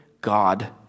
God